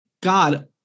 God